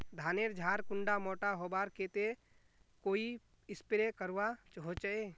धानेर झार कुंडा मोटा होबार केते कोई स्प्रे करवा होचए?